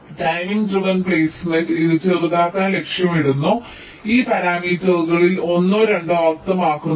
timing driven placement ഇത് ചെറുതാക്കാൻ ലക്ഷ്യമിടുന്നു ഈ പരാമീറ്ററുകളിൽ ഒന്നോ രണ്ടോ അർത്ഥമാക്കുന്നത്